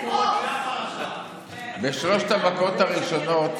בשלוש המכות הראשונות